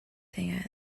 think